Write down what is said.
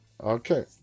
Okay